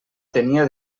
tenia